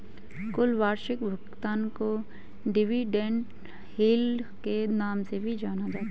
कुल वार्षिक भुगतान को डिविडेन्ड यील्ड के नाम से भी जाना जाता है